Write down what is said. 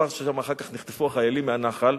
כפר ששם אחר כך נחטפו החיילים מהנח"ל,